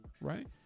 Right